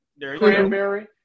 Cranberry